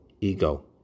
ego